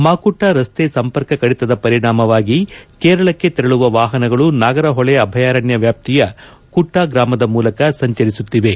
ಮಾಕುಟ್ಟ ರಸ್ತೆ ಸಂಪರ್ಕ ಕಡಿತದ ಪರಿಣಾಮವಾಗಿ ಕೇರಳಕ್ಕೆ ತೆರಳುವ ವಾಹನಗಳು ನಾಗರಹೊಳೆ ಅಭಯಾರಣ್ಯ ವ್ಯಾಪ್ತಿಯ ಕುಟ್ಟ ಗ್ರಾಮದ ಮೂಲಕ ಸಂಚರಿಸುತ್ತಿವೆ